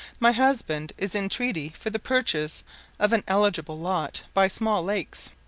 my husband is in treaty for the purchase of an eligible lot by small lakes.